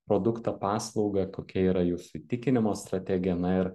produktą paslaugą kokia yra jūsų įtikinimo strategija na ir